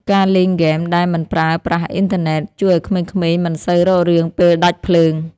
ការលេងហ្គេមដែលមិនប្រើប្រាស់អ៊ីនធឺណិត ជួយឱ្យក្មេងៗមិនសូវរករឿងពេលដាច់ភ្លើង។